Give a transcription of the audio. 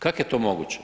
Kako je to moguće?